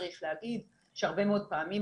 צריך להגיד שהרבה מאוד פעמים,